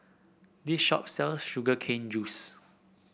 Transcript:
this shop sells Sugar Cane Juice